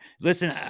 Listen